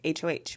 hoh